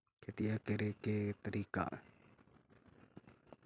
खेतिया करेके के तारिका?